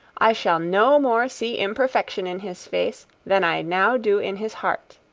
i shall no more see imperfection in his face, than i now do in his heart.